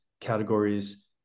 categories